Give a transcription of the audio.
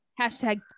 hashtag